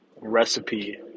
recipe